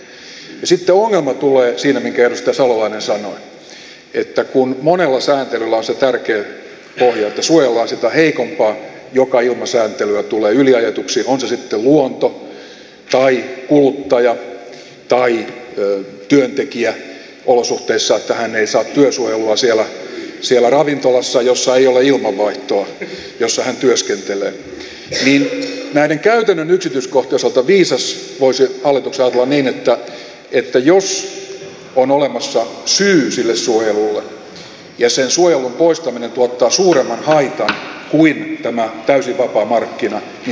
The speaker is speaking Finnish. sitten ongelma tulee siinä minkä edustaja salolainen sanoi että kun monella sääntelyllä on se tärkeä pohja että suojellaan sitä heikompaa joka ilman sääntelyä tulee yliajetuksi on se sitten luonto tai kuluttaja tai työntekijä olosuhteissa että hän ei saa työsuojelua siellä ravintolassa jossa ei ole ilmanvaihtoa ja jossa hän työskentelee niin näiden käytännön yksityiskohtien osalta viisas voisi hallituksessa ajatella niin että jos on olemassa syy sille suojelulle ja sen suojelun poistaminen tuottaa suuremman haitan kuin tämä täysin vapaa markkina niin silloin se suojelu kannattaa jatkossakin pitää voimassa